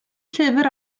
llyfr